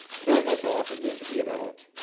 tonight, my talk is going to be about